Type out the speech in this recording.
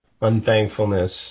unthankfulness